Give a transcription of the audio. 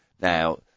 Now